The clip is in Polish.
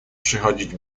przychodzić